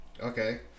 Okay